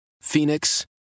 Phoenix